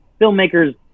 filmmakers